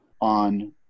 on